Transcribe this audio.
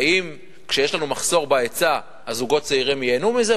האם כשיש לנו מחסור בהיצע הזוגות הצעירים ייהנו מזה?